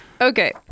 Okay